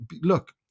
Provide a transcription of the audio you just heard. look